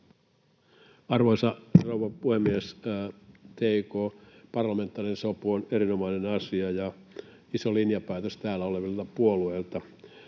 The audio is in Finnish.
Arvoisa rouva puhemies! Tki:n parlamentaarinen sopu on erinomainen asia ja iso linjapäätös täällä olevilta puolueilta,